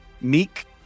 Meek